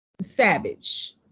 Savage